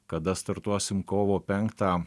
kada startuosim kovo penktą